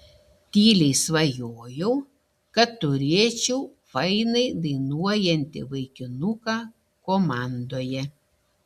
tyliai svajojau kad turėčiau fainai dainuojantį vaikinuką komandoje